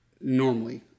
normally